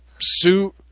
suit